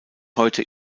heute